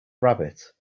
rabbit